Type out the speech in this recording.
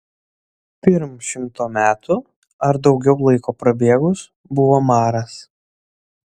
pirm šimto metų ar daugiau laiko prabėgus buvo maras